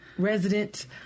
Resident